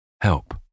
Help